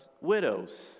widows